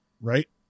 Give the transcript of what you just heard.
Right